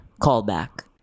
callback